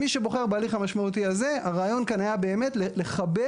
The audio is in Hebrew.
מי שבוחר בהליך המשמעותי הזה הרעיון כאן היה באמת לחבר